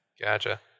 Gotcha